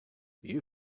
you